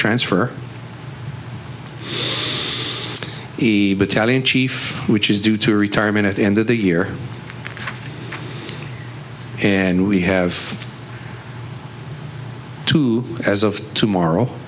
transfer to the battalion chief which is due to retirement at the end of the year and we have to as of tomorrow